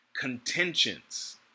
contentions